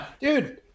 Dude